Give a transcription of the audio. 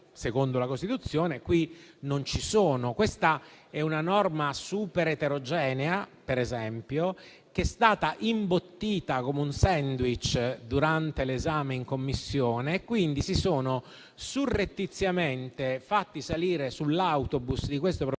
secondo la Costituzione non ci sono. Questa è una norma estremamente eterogenea, per esempio, che è stata imbottita come un *sandwich* durante l'esame in Commissione. Quindi si sono surrettiziamente fatte salire sull'autobus di questo provvedimento